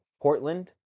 Portland